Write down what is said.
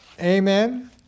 Amen